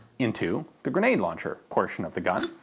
into the grenade launcher portion of the gun.